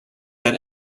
that